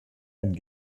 ein